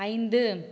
ஐந்து